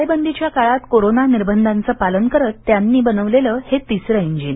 टाळेबंदीच्या काळात कोरोना निर्बंधांचं पालन करत त्यांनी बनवलेलं हे तिसरं इंजिन